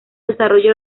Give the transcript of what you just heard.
desarrollo